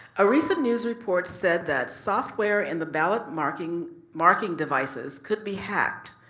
a recent news report said that software in the ballot marking marking devices could be hacked.